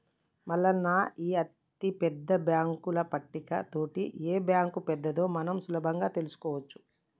మల్లన్న ఈ అతిపెద్ద బాంకుల పట్టిక తోటి ఏ బాంకు పెద్దదో మనం సులభంగా తెలుసుకోవచ్చు